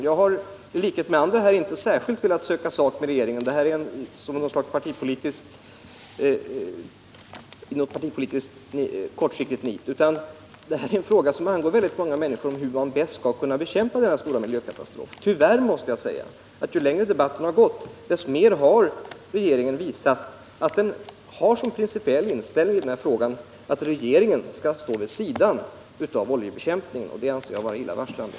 Jag har i likhet med andra debattörer inte velat söka sak med regeringen i något slags partipolitiskt syfte, utan detta är en fråga om hur man bäst skall kunna bekämpa denna stora miljökatastrof. Tyvärr måste jag säga att regeringen allteftersom debatten framskridit har visat att den har den principiella inställningen i den här frågan att regeringen skall stå vid sidan av oljebekämpningen. Det anser jag vara illavarslande.